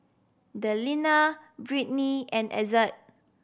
Delina Brittnie and Ezzard